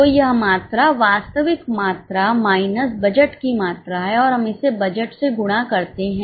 तो यह मात्रा वास्तविक मात्रा माइनस बजट की मात्रा है और हम इसे बजट से गुणा करते हैं